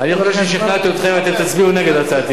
ואתם תצביעו נגד הצעת האי-אמון.